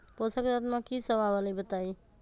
पोषक तत्व म की सब आबलई बताई?